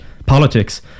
Politics